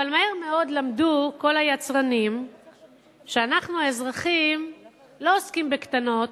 אבל מהר מאוד למדו כל היצרנים שאנחנו האזרחים לא עוסקים בקטנות,